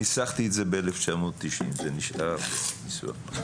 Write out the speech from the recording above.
ניסחתי את זה ב-1990, זה נשאר הניסוח.